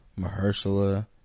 Mahershala